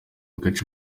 gace